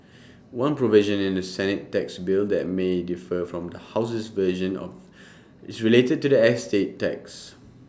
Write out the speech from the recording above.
one provision in the Senate tax bill that may differ from the House's version of is related to the estate tax